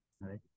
right